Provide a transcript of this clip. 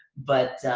but.